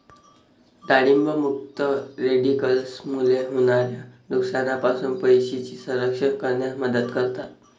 डाळिंब मुक्त रॅडिकल्समुळे होणाऱ्या नुकसानापासून पेशींचे संरक्षण करण्यास मदत करतात